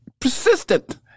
persistent